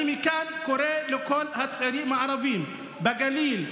אני מכאן קורא לכל הצעירים הערבים בגליל,